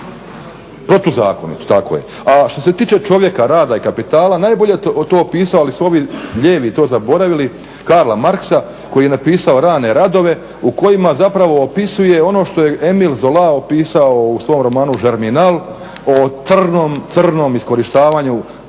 Protuzakonito, tako je. A što se tiče čovjeka, rada i kapitala najbolje je to opisao ali su ovi lijevi zaboravili, Karla Marksa koji je napisao rane radove u kojima zapravo opisuje ono što je Emil Zola opisao u svom romanu Germinal o trnom, crnom iskorištavanju